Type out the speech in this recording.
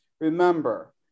Remember